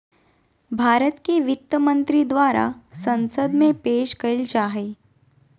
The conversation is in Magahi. भारत के वित्त मंत्री द्वारा संसद में पेश कइल जा हइ